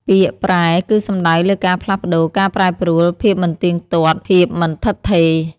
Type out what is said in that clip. ពាក្យ "ប្រែ" គឺសំដៅលើការផ្លាស់ប្តូរ ការប្រែប្រួល ភាពមិនទៀងទាត់ ភាពមិនឋិតថេរ។